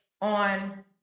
on